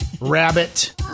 Rabbit